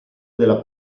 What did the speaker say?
della